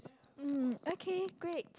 um okay great